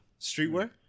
Streetwear